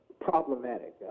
problematic